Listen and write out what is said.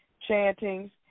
Chantings